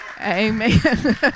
Amen